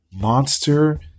monster